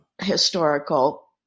historical